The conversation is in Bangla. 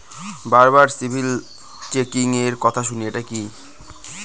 বারবার সিবিল চেকিংএর কথা শুনি এটা কি?